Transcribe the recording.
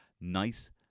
nice